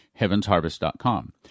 HeavensHarvest.com